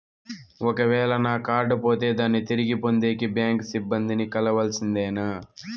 ఒక వేల నా కార్డు పోతే దాన్ని తిరిగి పొందేకి, బ్యాంకు సిబ్బంది ని కలవాల్సిందేనా?